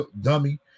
dummy